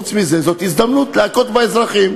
חוץ מזה, זו הזדמנות להכות באזרחים.